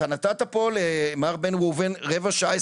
אתה נתת פה למר בן ראובן רבע שעה,